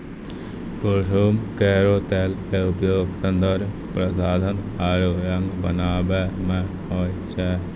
कुसुम केरो तेलो क उपयोग सौंदर्य प्रसाधन आरु रंग बनावै म होय छै